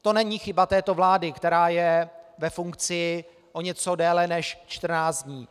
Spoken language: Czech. To není chyba této vlády, která je ve funkci o něco déle než 14 dní.